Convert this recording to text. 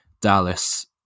Dallas